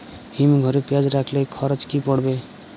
হিম ঘরে পেঁয়াজ রাখলে খরচ কি পড়বে?